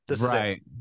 Right